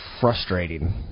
frustrating